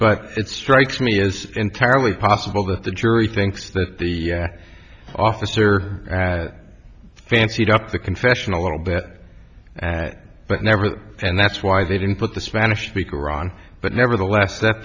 but it strikes me as entirely possible that the jury thinks that the officer fancied up the confession a little bit but never and that's why they didn't put the spanish speaker on but nevertheless that